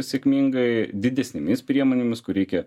sėkmingai didesnėmis priemonėmis kur reikia